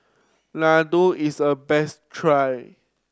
laddu is a best try